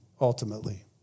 ultimately